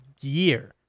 year